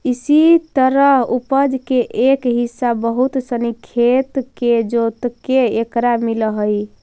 इसी तरह उपज के एक हिस्सा बहुत सनी खेत के जोतके एकरा मिलऽ हइ